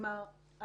כלומר,